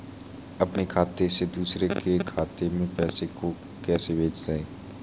अपने खाते से दूसरे के खाते में पैसे को कैसे भेजे?